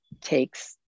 takes